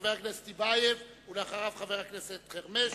חבר הכנסת טיבייב, ואחריו, חבר הכנסת חרמש,